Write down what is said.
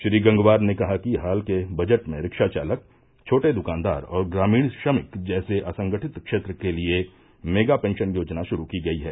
श्री गंगवार ने कहा कि हाल के बजट में रिक्शाचालक छोटे दकानदार और ग्रामीण श्रमिक जैसे असंगठित क्षेत्र के लिये मेगा पेंशन योजना शुरू की गई है